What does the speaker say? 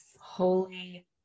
Holy